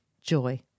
joy